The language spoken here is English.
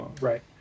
Right